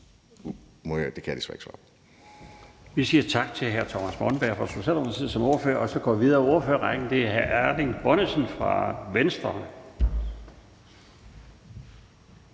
her, kan jeg desværre ikke svare